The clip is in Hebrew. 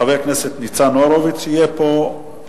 חבר הכנסת ניצן הורוביץ יהיה פה,